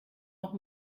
noch